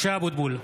(קורא בשמות חברי הכנסת) משה אבוטבול,